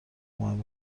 مهم